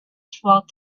throughout